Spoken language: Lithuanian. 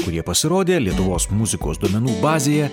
kurie pasirodė lietuvos muzikos duomenų bazėje